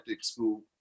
school